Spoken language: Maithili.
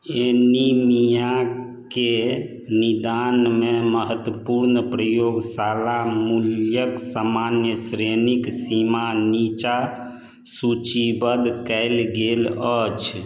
एनीमियाके निदानमे महत्वपूर्ण प्रयोगशाला मूल्यक सामान्य श्रेणीक सीमा नीचा सूचीबद्ध कयल गेल अछि